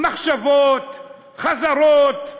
מחשבות, חזרות.